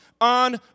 on